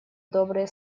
добрые